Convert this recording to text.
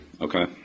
Okay